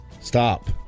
Stop